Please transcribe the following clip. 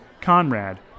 Conrad